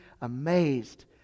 amazed